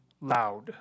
loud